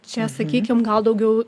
čia sakykim gal daugiau